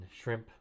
Shrimp